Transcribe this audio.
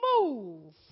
move